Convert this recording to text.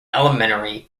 elementary